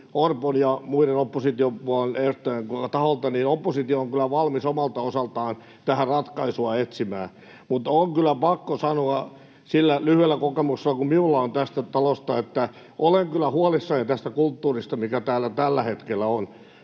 Orpon ja muiden oppositiopuolen edustajien taholta, niin oppositio on kyllä valmis omalta osaltaan tähän ratkaisua etsimään. Mutta on kyllä pakko sanoa sillä lyhyellä kokemuksella, mikä minulla on tästä talosta, että olen kyllä huolissani tästä kulttuurista, mikä täällä tällä hetkellä on.